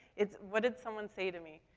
it what did someone say to me?